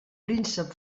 príncep